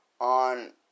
on